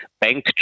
bank